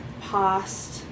past